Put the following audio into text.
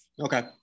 Okay